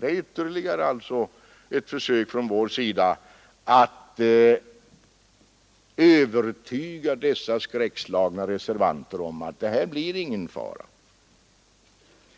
Det är ytterligare ett försök från vår sida att övertyga dessa skräckslagna reservanter om att det här blir ingen fara.